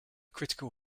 critical